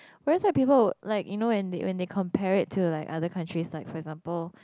where's that people like you know when they when they compare it to like other countries like for example